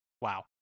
wow